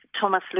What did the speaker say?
Thomas